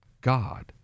God